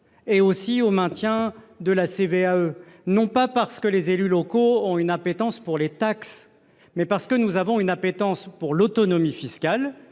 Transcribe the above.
ajoutée des entreprises (CVAE), non pas parce que les élus locaux auraient une appétence pour les taxes, mais parce que nous avons une appétence pour l’autonomie fiscale,